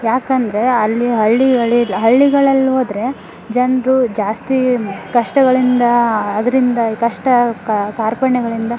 ಏಕಂದ್ರೆ ಅಲ್ಲಿ ಹಳ್ಳಿ ಹಳ್ಳಿ ಹಳ್ಳಿಗಳಲ್ಲಿ ಹೋದರೆ ಜನರು ಜಾಸ್ತಿ ಕಷ್ಟಗಳಿಂದ ಅದರಿಂದ ಕಷ್ಟ ಕಾರ್ಪಣ್ಯಗಳಿಂದ